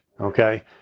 Okay